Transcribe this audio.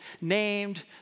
named